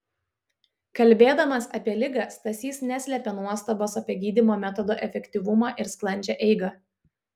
kalbėdamas apie ligą stasys neslėpė nuostabos apie gydymo metodo efektyvumą ir sklandžią eigą